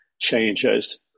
changes